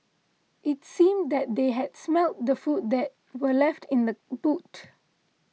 it seemed that they had smelt the food that were left in the boot